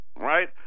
Right